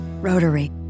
Rotary